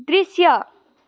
दृश्य